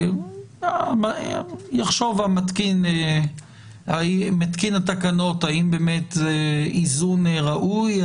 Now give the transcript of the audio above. -- יחשוב מתקין התקנות האם באמת זה איזון ראוי.